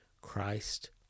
christ